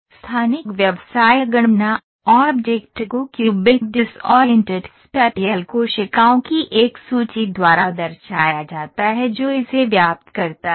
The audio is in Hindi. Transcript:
स्थानिक व्यवसाय गणना ऑब्जेक्ट को क्यूबिक डिसऑइंटेड स्पैटियल कोशिकाओं की एक सूची द्वारा दर्शाया जाता है जो इसे व्याप्त करता है